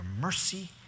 mercy